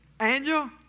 angel